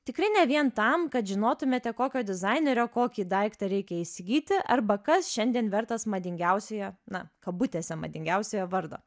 tikrai ne vien tam kad žinotumėte kokio dizainerio kokį daiktą reikia įsigyti arba kas šiandien vertas madingiausiojo na kabutėse madingiausiojo vardo